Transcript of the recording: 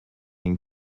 and